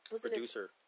producer